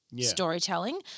storytelling